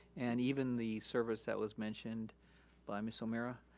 and even the service that was mentioned by ms. o'meara,